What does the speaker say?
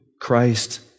Christ